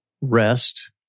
rest